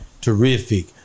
terrific